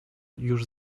już